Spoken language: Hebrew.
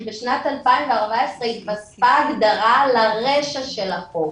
שבשנת 2014 התווספה הגדרה לרישא של החוק.